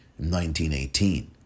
1918